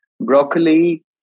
broccoli